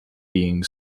being